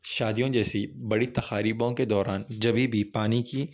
شادیوں جیسی بڑی تقاریبوں کے دوران جبھی بھی پانی کی